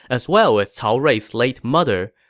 as well as cao rui's late mother.